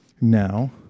now